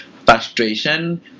Frustration